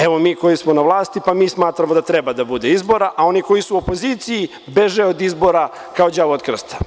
Evo mi koji smo na vlasti mi smatramo da treba da bude izbora, a oni koji su u opoziciji beže od izbora kao đavo od krsta.